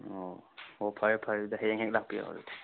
ꯑꯣ ꯑꯣ ꯐꯔꯦ ꯐꯔꯦ ꯑꯗꯨꯗꯤ ꯍꯌꯦꯡ ꯍꯦꯛ ꯂꯥꯛꯄꯤꯔꯣ ꯑꯗꯨꯗꯤ